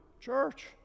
church